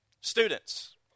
Students